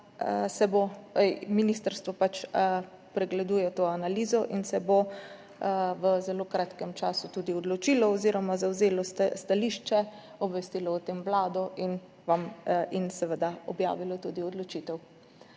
ministrstvo pač pregleduje to analizo in se bo v zelo kratkem času tudi odločilo oziroma zavzelo stališče, o tem obvestilo Vlado in seveda tudi objavilo odločitev.